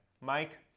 Mike